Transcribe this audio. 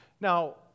Now